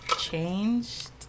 changed